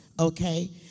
okay